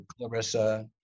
Clarissa